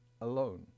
alone